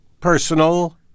personal